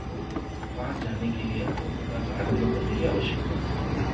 को पास जाने के लिए आ कोई प्रकार का आडम्बर करने की आवश्यकता नहीं है